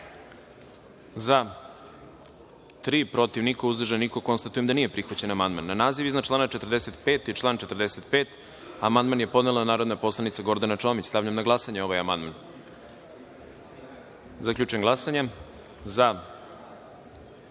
– tri, protiv – niko, uzdržan – niko. Konstatujem da nije prihvaćen amandman. Na naziv iznad člana 45. i član 45. amandman je podnela narodna poslanica Gordana Čomić. Stavljam na glasanje ovaj amandman. Zaključujem glasanje: za